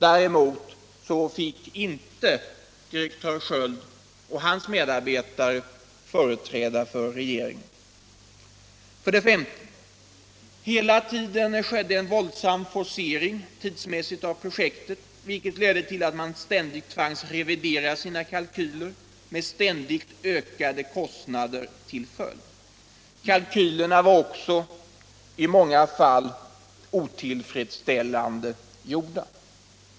Däremot fick inte direktör Sköld och hans medarbetare framträda inför regeringen. 5. Hela tiden skedde en våldsam forcering tidsmässigt av projektet, vilket ledde till att man ständigt tvangs revidera sina kalkyler med ständigt ökande kostnader som följd. Kalkylerna var också i många fall otillfredsställande gjorda.